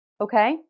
Okay